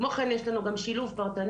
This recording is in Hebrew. כמו כן יש לנו גם שילוב פרטני,